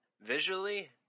Visually